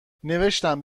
نوشتم